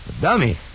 Dummy